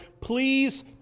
please